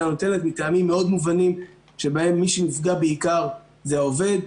נותנת מטעמים מאוד מובנים שבהם מי שנפגע בעיקר זה העובד.